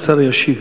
השר ישיב.